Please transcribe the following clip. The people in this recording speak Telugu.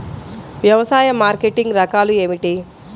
వ్యవసాయ మార్కెటింగ్ రకాలు ఏమిటి?